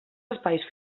espais